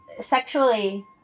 sexually